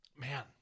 man